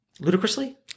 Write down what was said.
ludicrously